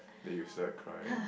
then you start crying